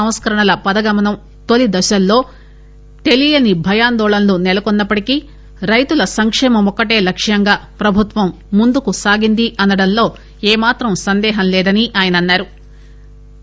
సంస్కరణల పదగమనం తొలి దశల్లో తెలియని భయాందోళనలు నెలకొన్నప్పటికీ రైతుల సంక్షేమమొక్కటే లక్ష్యంగా ప్రభుత్వం ముందుకు సాగిందనడంలో ఏమాత్రం సందేహం లేదని ఆయన అన్నారు